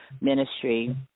ministry